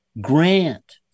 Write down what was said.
Grant